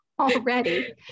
already